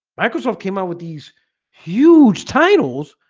microsoft came out with these huge titles.